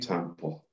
Temple